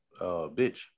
bitch